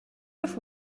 have